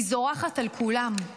היא זורחת על כולם.